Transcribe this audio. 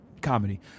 comedy